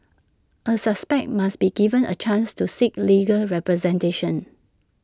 A suspect must be given A chance to seek legal representation